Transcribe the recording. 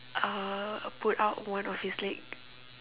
uh put out one of his leg